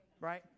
Right